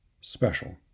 special